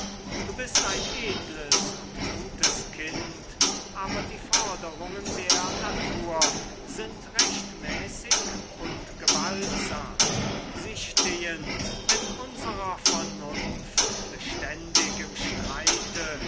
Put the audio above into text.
du bist ein edles und gutes kind aber die forderungen der natur sind rechtmäßig und gewaltsam sie stehen mit unserer vernunft beständig im streite